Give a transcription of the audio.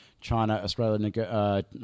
China-Australia